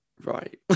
right